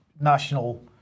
national